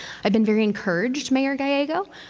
i've been very encouraged, mayor gallego,